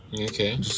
okay